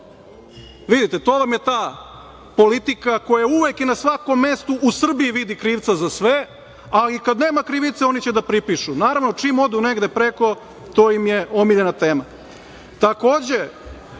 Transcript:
to vam je ta politika koja uvek i na svakom mestu u Srbiji vidi krivca za sve, ali i kad nema krivce, oni će da pripišu. Naravno, čim odu negde preko to im je omiljena